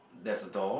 there's a door